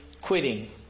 quitting